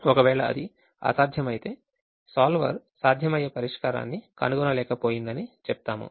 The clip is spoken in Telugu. ఒకవేళ అది అసాధ్యమైతే సోల్వర్ సాధ్యమయ్యే పరిష్కారాన్ని కనుగొన లేక పోయింది అని చెప్తాము